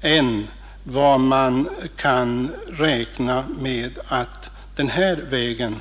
än vad som kan gälla för den nu åsyftade vägen.